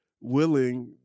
willing